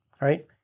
right